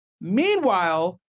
Meanwhile